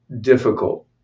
difficult